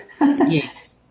Yes